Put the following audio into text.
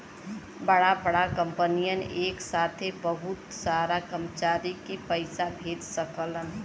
बड़ा बड़ा कंपनियन एक साथे बहुत सारा कर्मचारी के पइसा भेज सकलन